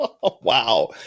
wow